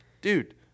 Dude